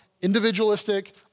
individualistic